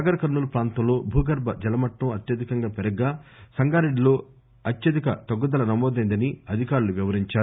నాగర్ కర్పూల్ ప్రాంతం లో భూగర్భ జలమట్టం అత్యధికంగా పెరగ్గా సంగారెడ్డి లో అత్యధికంగా తగ్గుదల నమోదైందని అధికారులు తెలిపారు